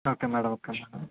okay madam okay madam